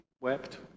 wept